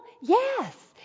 Yes